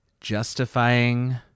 justifying